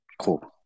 Cool